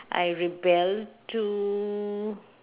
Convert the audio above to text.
I rebel to